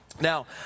now